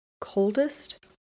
coldest